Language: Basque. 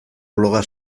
bloga